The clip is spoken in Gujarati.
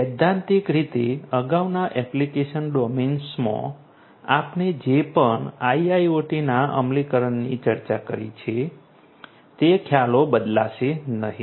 સૈદ્ધાંતિક રીતે અગાઉના એપ્લિકેશન ડોમેન્સમાં આપણે જે પણ IIoT ના અમલીકરણની ચર્ચા કરી છે તે ખ્યાલો બદલાશે નહીં